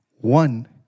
one